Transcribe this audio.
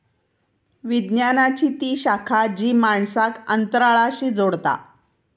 विज्ञानाची ती शाखा जी माणसांक अंतराळाशी जोडता